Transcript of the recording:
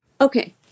Okay